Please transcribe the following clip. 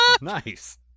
Nice